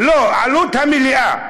לא, עלות המליאה.